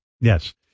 Yes